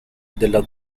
della